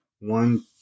one